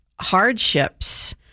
hardships